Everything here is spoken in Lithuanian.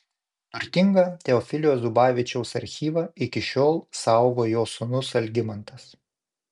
turtingą teofilio zubavičiaus archyvą iki šiol saugo jo sūnus algimantas